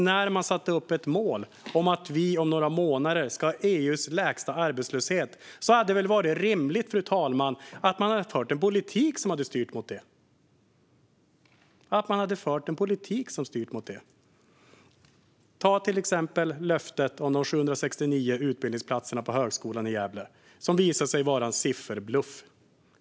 När man satte upp ett mål om att vi om några månader ska ha EU:s lägsta arbetslöshet hade det väl varit rimligt, fru talman, att man hade fört en politik som hade styrt mot det? Ett exempel är löftet om de 761 utbildningsplatserna på Högskolan i Gävle som visade sig vara en sifferbluff.